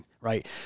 Right